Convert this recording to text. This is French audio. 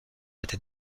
était